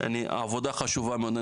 עבודה חשובה מאוד.